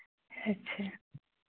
अच्छा